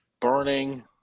burning